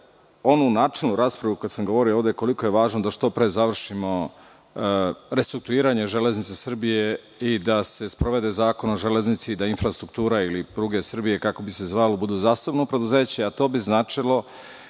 onu načelnu raspravu, kada sam govorio ovde koliko je važno da što pre završimo restrukturiranje „Železnica Srbije“ i da se sprovede Zakon o železnici, da infrastruktura ili pruge Srbije, kako bi se zvalo, budu zasebno preduzeće, a to bi značilo